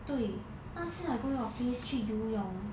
对那次 I go your place 去游泳